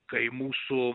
kai mūsų